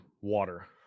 water